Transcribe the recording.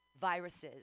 viruses